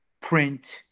print